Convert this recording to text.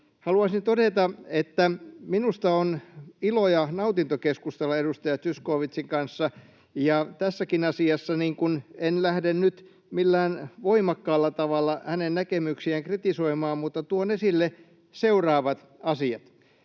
Haluaisin todeta, että minusta on ilo ja nautinto keskustella edustaja Zyskowiczin kanssa, ja tässäkään asiassa en lähde nyt millään voimakkaalla tavalla hänen näkemyksiään kritisoimaan, mutta tuon esille seuraavat asiat: